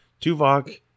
Tuvok